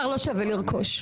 --- יקר לא שווה לרכוש.